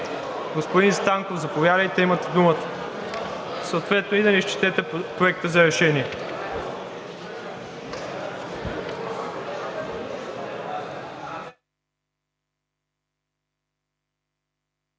господин Станков, заповядайте, имате думата. Съответно и да ни изчетете Проекта за решение.